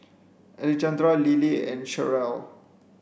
Alejandra Lillie and Cherelle